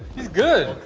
he's good.